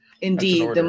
Indeed